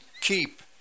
keep